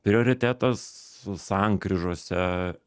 prioritetas sankryžose